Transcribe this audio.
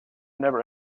never